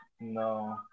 No